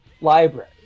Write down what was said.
library